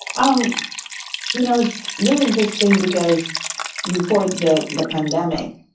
um you know, it's really interesting because before the the pandemic,